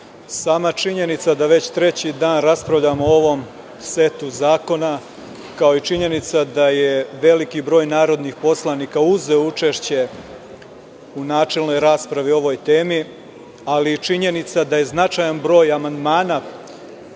sama činjenica da već treći dan raspravljamo o ovom setu zakona, kao i činjenica da je veliki broj narodnih poslanika uzeo učešće u načelnoj raspravi o ovoj temi, ali i činjenica da je značajan broj amandmana